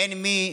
אין מי